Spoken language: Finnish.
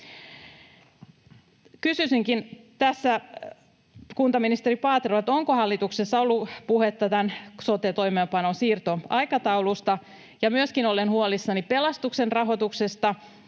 kuntaministeri Paaterolta: Onko hallituksessa ollut puhetta tämän sote-toimeenpanon siirtoaikataulusta? Myöskin olen huolissani pelastuksen rahoituksesta.